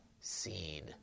scene